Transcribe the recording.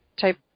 type